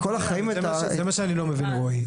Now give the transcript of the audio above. לא מבין, רועי.